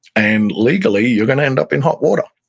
and legally, you're going to end up in hot water